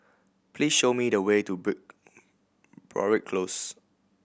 please show me the way to Broadrick Close